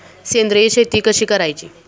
सेंद्रिय शेती कशी करायची?